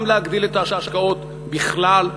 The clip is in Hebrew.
גם להגדיל את ההשקעות בכלל,